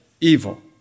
evil